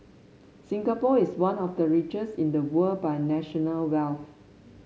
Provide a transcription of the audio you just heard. Singapore is one of the richest in the world by national wealth